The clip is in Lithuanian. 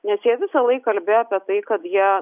nes jie visąlaik kalbėjo apie tai kad jie